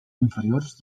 inferiors